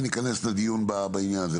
וניכנס לדיון בעניין הזה.